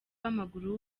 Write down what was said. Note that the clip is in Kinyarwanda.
w’amaguru